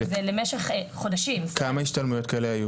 ולמשך חודשים --- כמה השתלמויות כאלה היו?